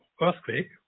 earthquake